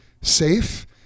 safe